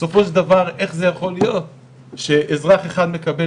ובסופו של דבר איך זה יכול להיות שאזרח אחד מקבל